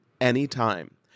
anytime